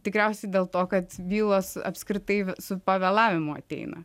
tikriausiai dėl to kad bylos apskritai su pavėlavimu ateina